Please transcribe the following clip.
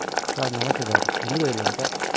sir namaste sir IndiGo ఎయిర్లైన్సా